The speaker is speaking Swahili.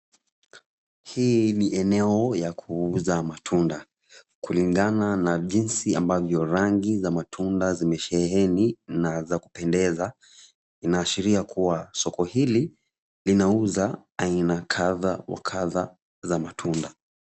Hii ni eneo ya kuuza matunda. Kulingana na jinsi ambavyo rangi za matunda zimesheheni, na za kupendeza, inaashiria kuwa soko hili linauza aina kadhaa kwa kadhaa za matunda.